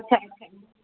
अच्छा अच्छा